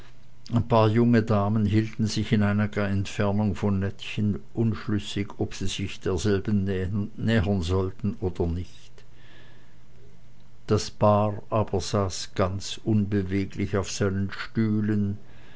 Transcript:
ein paar junge damen hielten sich in einiger entfernung von nettchen unschlüssig ob sie sich derselben nähern sollten oder nicht das paar aber saß unbeweglich auf seinen stühlen